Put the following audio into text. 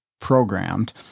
programmed